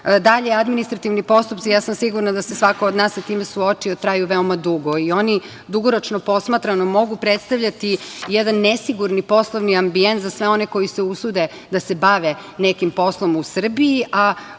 nas. Dalje, administrativni postupci, sigurna sam da se svako od nas sa time suočio, traju veoma dugo i oni dugoročno posmatrano mogu predstavljati jedan nesigurni poslovni ambijent za sve one koji se usude da se bave nekim poslom u Srbiji,